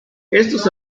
estos